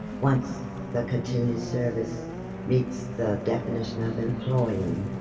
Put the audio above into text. once the continuous service meets the definition of employee,